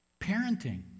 Parenting